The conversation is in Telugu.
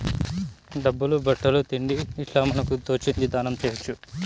డబ్బులు బట్టలు తిండి ఇట్లా మనకు తోచింది దానం చేయొచ్చు